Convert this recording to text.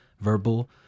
verbal